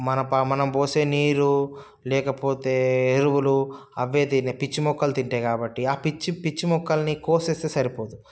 మన ప మనం పోసే నీరు లేకపోతే ఎరువులు అవే తినే పిచ్చి మొక్కలు తింటాయి కాబట్టి ఆ పిచ్చి పిచ్చి మొక్కల్ని కోసేస్తే సరిపోదు